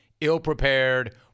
Ill-prepared